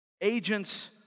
agents